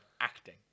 acting